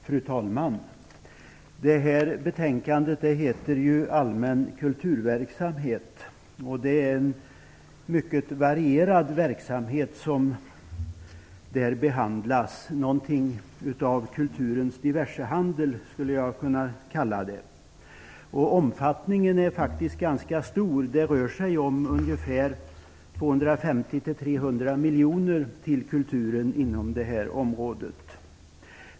Fru talman! Detta betänkande heter Allmän kulturverksamhet. Det är en mycket varierad verksamhet som där behandlas. Jag skulle kunna kalla det någonting av kulturens diversehandel. Omfattningen är faktiskt ganska stor. Det rör sig om ungefär 250-300 miljoner till kulturen inom detta område.